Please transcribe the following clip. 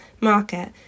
market